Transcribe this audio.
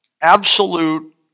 absolute